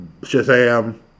Shazam